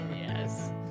yes